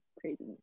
crazy